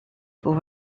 pour